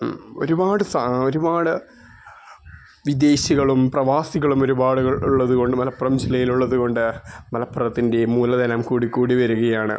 ഒരുപാട് ഒരുപാട് വിദേശികളും പ്രവാസികളും ഒരുപാട് ഉള്ളത് കൊണ്ട് മലപ്പുറം ജില്ലയിലുള്ളത് കൊണ്ട് മലപ്പുറത്തിൻ്റെ മൂലധനം കൂടി കൂടി വരുകയാണ്